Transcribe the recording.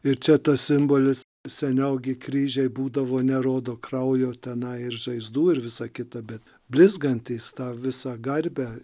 ir čia tas simbolis seniau gi kryžiai būdavo nerodo kraujo tenai ir žaizdų ir visa kita bet blizgantys tą visą garbę